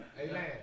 Amen